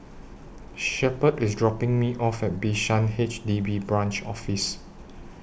Shepherd IS dropping Me off At Bishan H D B Branch Office